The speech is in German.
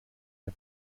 der